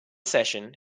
session